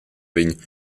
vegn